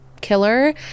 killer